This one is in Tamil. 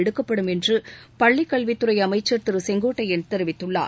எடுக்கப்படும் என்று பள்ளிக்கல்வித் துறை அமைச்சர் திரு செங்கோட்டையன் தெரிவித்துள்ளார்